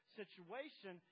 situation